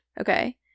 Okay